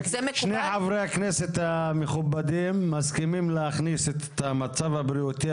שני חברי הכנסת המכובדים מסכימים להכניס את המצב הבריאותי